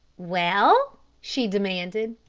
well? she demanded.